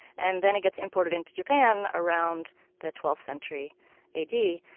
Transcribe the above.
and then it gets imported into japan around the twelfth century a d,